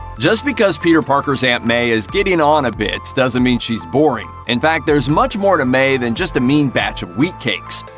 just because peter parker's aunt may is getting on a bit doesn't mean she's boring in fact, there's much more to may than just a mean batch of wheatcakes.